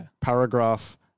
Paragraph